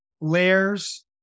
layers